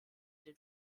den